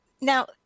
Now